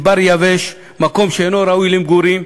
מדבר יבש, מקום שאינו ראוי למגורים,